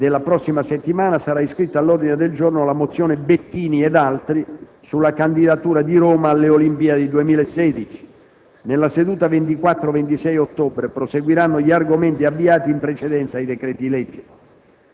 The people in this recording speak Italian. della prossima settimana sarà iscritta all'ordine del giorno la mozione Bettini ed altri sulla candidatura di Roma alle Olimpiadi 2016. Nella settimana 24-26 ottobre proseguiranno gli argomenti avviati, con precedenza ai decreti-legge.